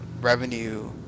revenue